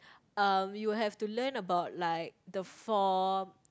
um you will have to learn about like the four